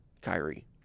Kyrie